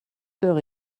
heures